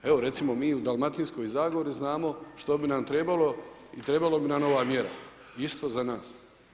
Evo recimo mi u Dalmatinskoj zagori znamo što bi nam trebalo i trebala bi nam ova mjera isto za nas.